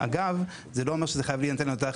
אגב זה לא אומר שזה חייב להינתן על ידי אותה